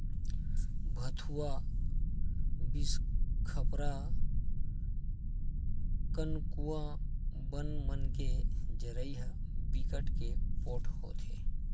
भथुवा, बिसखपरा, कनकुआ बन मन के जरई ह बिकट के पोठ होथे